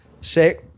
say